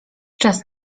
czas